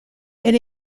elle